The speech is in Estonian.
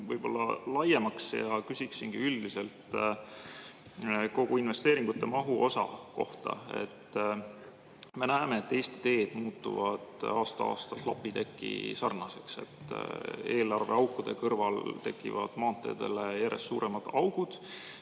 võib-olla laiemaks ja küsiksingi üldiselt kogu investeeringute mahuosa kohta. Me näeme, et Eesti teed muutuvad aasta-aastalt [üha rohkem] lapiteki sarnaseks. Eelarveaukude kõrval tekivad maanteedele järjest suuremad augud.